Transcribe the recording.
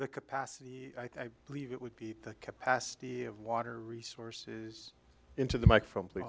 the capacity i believe it would be the capacity of water resources into the mike from